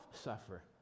suffer